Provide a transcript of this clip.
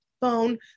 phone